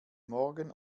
morgen